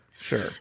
Sure